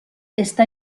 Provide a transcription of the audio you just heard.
está